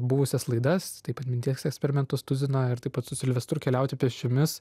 buvusias laidas taip pat minties eksperimentus tuziną ir taip pat su silvestru keliauti pėsčiomis